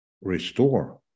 restore